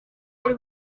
ari